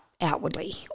outwardly